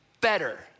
better